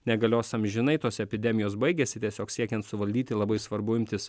negalios amžinai tos epidemijos baigiasi tiesiog siekiant suvaldyti labai svarbu imtis